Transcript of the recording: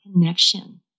connection